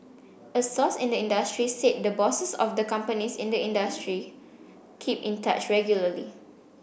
a source in the industry said the bosses of the companies in the industry keep in touch regularly